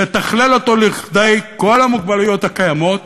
לתכלל אותו לכל המוגבלויות הקיימות,